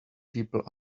people